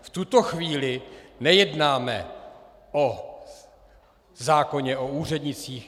V tuto chvíli nejednáme o zákoně o úřednících.